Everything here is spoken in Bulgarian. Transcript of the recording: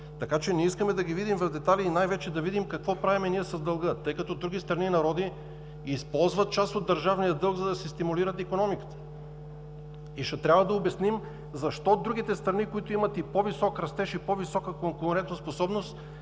Така че ние искаме да ги видим в детайли и най-вече да видим какво правим с дълга, тъй като други страни и народи използват част от държавния дълг, за да си стимулират икономиките. Ще трябва да обясним защо другите страни, които имат и по-висок растеж, и по-висока конкурентоспособност,